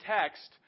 text